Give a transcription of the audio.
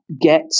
get